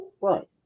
Right